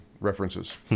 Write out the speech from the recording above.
references